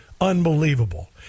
Unbelievable